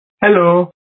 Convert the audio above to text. Hello